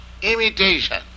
imitation